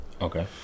Okay